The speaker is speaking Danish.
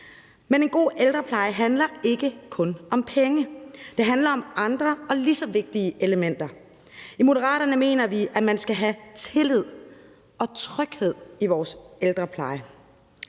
Men en god ældrepleje handler ikke kun om penge. Det handler om andre og lige så vigtige elementer. I Moderaterne mener vi, at der skal være tillid og tryghed i vores ældrepleje.